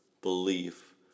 belief